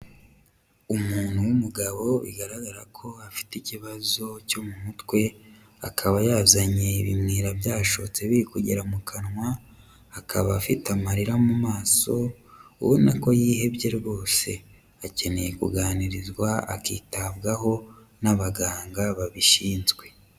Umuntu w'umugabo bigaragara ko afite ikibazo cyo mu mutwe akaba yazanye ibimwira byashotse birikugera mu kanwa, akaba afite amarira mu maso ubona ko yihebye rwose, akeneye kuganirizwa akitabwaho n'abaganga babishinzwe.